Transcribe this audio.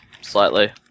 slightly